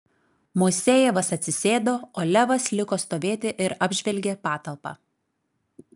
moisejevas atsisėdo o levas liko stovėti ir apžvelgė patalpą